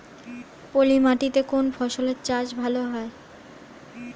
পলি মাটিতে কোন ফসলের চাষ ভালো হয়?